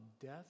death